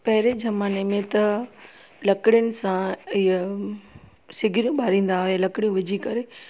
पहिरें ज़माने में त लकिड़ियुनि सां ईअ सिगिड़ी ॿारींदा हुया लकिड़ियूं विझी करे